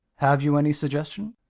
have you any suggestion?